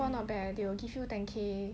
not bad eh they will give you ten K